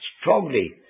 strongly